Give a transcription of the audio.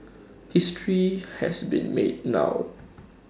history has been made now